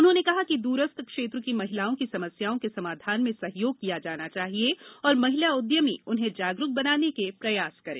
उन्होंने कहा कि दूरस्थ क्षेत्र की महिलाओं की समस्याओं के समाधान में सहयोग किया जाना चाहिये और महिला उद्यमी उन्हें जागरूक बनाने के प्रयास करें